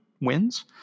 wins